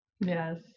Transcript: Yes